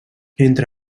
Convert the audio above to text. entre